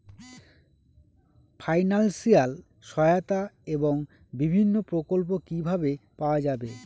Financial সহায়তা এবং বিভিন্ন প্রকল্প কিভাবে পাওয়া যাবে?